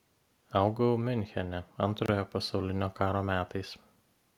augau miunchene antrojo pasaulinio karo metais